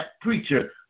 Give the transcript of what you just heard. preacher